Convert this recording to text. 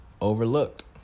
overlooked